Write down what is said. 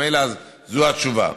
וממילא זו התשובה.